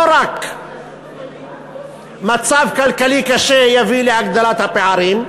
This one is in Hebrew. לא רק מצב כלכלי קשה יביא להגדלת הפערים,